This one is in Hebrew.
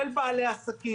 של בעלי העסקים?